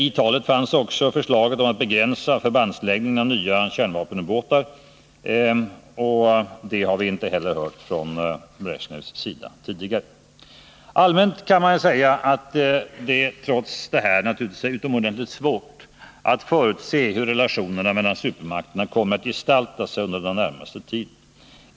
I talet fanns också förslaget om att begränsa förbandsförläggningen av nya kärnvapenubåtar, och inte heller det har vi tidigare hört från Leonid Bresjnev. Allmänt kan sägas att det trots detta naturligtvis är utomordentligt svårt att förutse hur relationerna mellan supermakterna kommer att gestalta sig under den närmaste tiden.